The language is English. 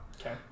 Okay